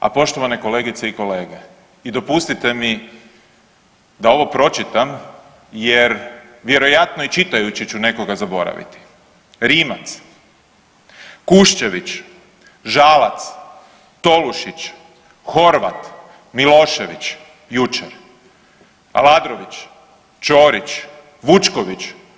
A poštovane kolegice i kolege i dopustite mi da ovo pročitam jer vjerojatno i čitajući ću nekoga zaboraviti: Rimac, Kuščević, Žalac, Tolušić, Horvat, Milošević jučer, Aladrović, Ćorić, Vučković.